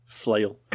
flail